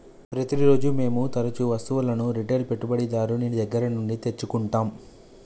ప్రతిరోజూ మేము తరుచూ వస్తువులను రిటైల్ పెట్టుబడిదారుని దగ్గర నుండి తెచ్చుకుంటం